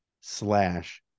slash